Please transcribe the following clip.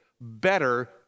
better